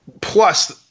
Plus